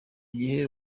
gihe